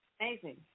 amazing